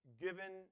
given